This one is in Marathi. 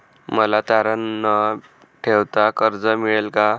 मला तारण न ठेवता कर्ज मिळेल का?